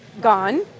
gone